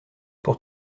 pour